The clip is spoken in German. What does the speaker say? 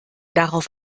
darauf